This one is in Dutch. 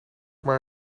maar